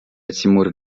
тимур